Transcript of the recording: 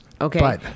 Okay